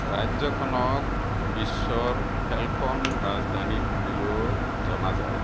ৰাজ্যখনক বিশ্বৰ ফেলকন ৰাজধানী বুলিও জনা যায়